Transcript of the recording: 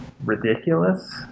ridiculous